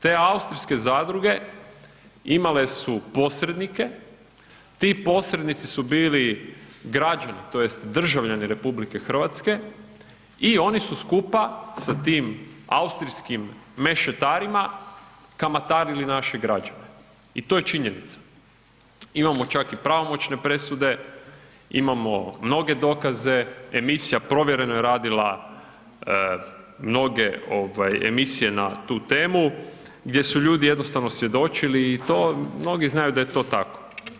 Te austrijske zadruge imale su posrednike, ti posrednici su bili građani tj. državljani RH i oni su skupa sa tim austrijskim mešetarima kamatarili naše građane i to je činjenica, imamo čak i pravomoćne presude, imamo mnoge dokaze, emisija Provjereno je radila mnoge emisije na tu temu gdje su ljudi jednostavno svjedočili i to i mnogi znaju da je to tako.